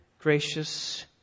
gracious